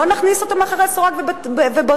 לא נכניס אותו מאחורי סורג ובריח?